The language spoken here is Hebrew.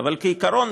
אבל כעיקרון,